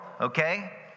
okay